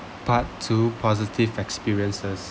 part two positive experiences